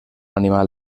animal